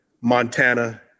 Montana